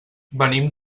venim